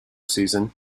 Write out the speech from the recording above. season